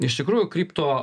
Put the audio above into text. iš tikrųjų kripto